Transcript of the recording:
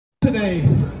today